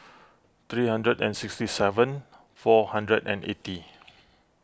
three hundred and sixty seven four hundred and eighty